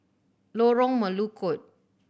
Lorong Melukut